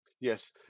yes